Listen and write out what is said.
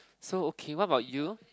so okay what about you